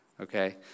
Okay